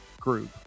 group